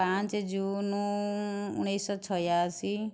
ପାଞ୍ଚ ଜୁନ୍ ଉଣେଇଶିଶହ ଛୟାଅଶୀ